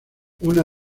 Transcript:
una